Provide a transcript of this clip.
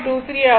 23 ஆகும்